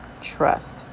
trust